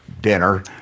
dinner